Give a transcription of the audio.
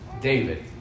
David